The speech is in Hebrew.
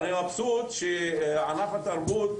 אני מבסוט שענף התרבות